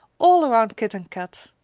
all around kit and kat!